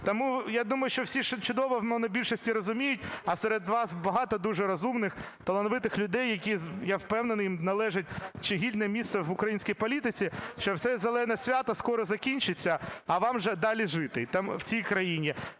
Тому я думаю, що всі чудово у монобільшості розуміють, а серед вас багато дуже розумних, талановитих людей, яким, я впевнений, належить гідне місце в українській політиці, що це "зелене свято" скоро закінчиться, а вам вже далі жити в цій країні,